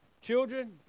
Children